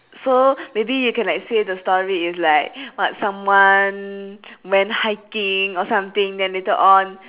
so maybe you can like say the story is like what someone went hiking or something then later on